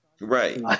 Right